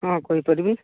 ହଁ କହିପାରିବି